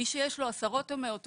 מי שיש לו עשרות או מאות עובדים,